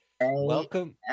Welcome